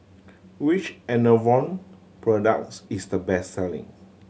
which Enervon products is the best selling